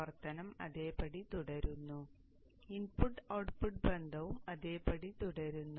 പ്രവർത്തനം അതേപടി തുടരുന്നു ഇൻപുട്ട് ഔട്ട്പുട്ട് ബന്ധവും അതേപടി തുടരുന്നു